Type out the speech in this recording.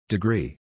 Degree